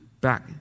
back